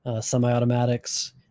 semi-automatics